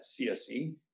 CSE